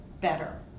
better